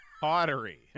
Pottery